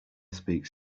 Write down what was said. speaks